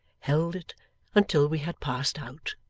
held it until we had passed out.